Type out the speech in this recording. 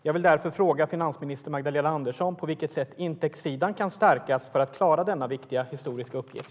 Jag vill därför fråga finansminister Magdalena Andersson på vilket sätt intäktssidan kan stärkas för att klara denna viktiga historiska uppgift.